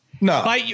No